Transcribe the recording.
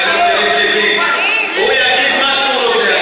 חבר הכנסת יריב לוין, הוא יגיד מה שהוא רוצה.